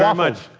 yeah much.